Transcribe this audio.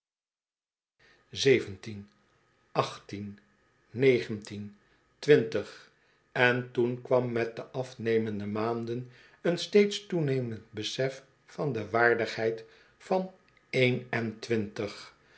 en toen kwam met de afnemende maanden een steeds toenemend besef van de waardigheid van een en twintig